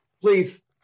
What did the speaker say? please